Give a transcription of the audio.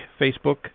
Facebook